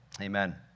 Amen